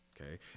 Okay